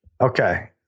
Okay